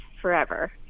forever